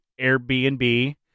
Airbnb